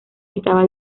estaba